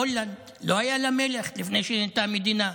הולנד, לא היה לה מלך לפני שנהייתה מדינה.